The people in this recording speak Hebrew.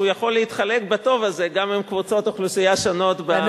שהוא יכול להתחלק בטוב הזה גם עם קבוצות אוכלוסייה שונות במדינת ישראל,